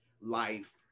life